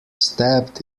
stabbed